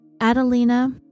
Adelina